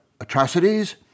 atrocities